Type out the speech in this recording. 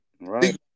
right